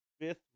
fifth